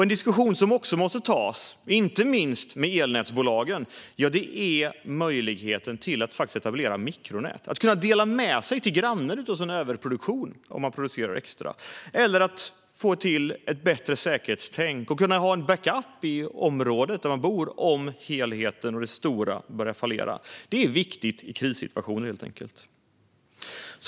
En diskussion som också måste tas, inte minst med elnätsbolagen, handlar om möjligheten att etablera mikronät - att kunna dela med sig till grannen av sin överproduktion om man producerar extra, eller att få till ett bättre säkerhetstänk och kunna ha en backup i området där man bor om helheten börjar fallera. Detta är viktigt i krissituationer.